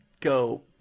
go